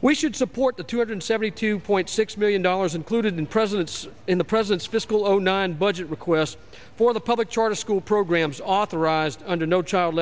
we should support the two hundred seventy two point six million dollars included in president's in the president's fiscal zero nine budget requests for the public charter school programs authorized under no child